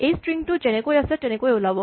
এই স্ট্ৰিং টো যেনেকে আছে তেনেকেই ওলাব